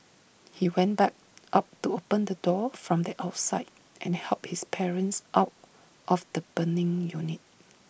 he went back up to open the door from the outside and helped his parents out of the burning unit